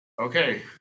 okay